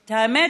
האמת,